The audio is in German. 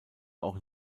auch